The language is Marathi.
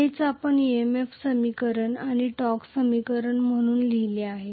हेच आपण EMF समीकरण आणि टॉर्क समीकरण म्हणून लिहिले आहे